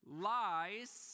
lies